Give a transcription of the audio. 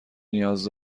نیاز